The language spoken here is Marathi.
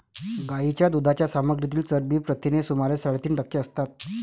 गायीच्या दुधाच्या सामग्रीतील चरबी प्रथिने सुमारे साडेतीन टक्के असतात